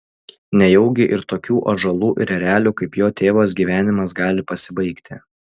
nejaugi ir tokių ąžuolų ir erelių kaip jo tėvas gyvenimas gali pasibaigti